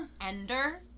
Ender